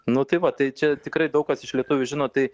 nu tai va tai čia tikrai daug kas iš lietuvių žino tai